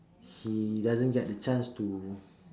he doesn't get the chance to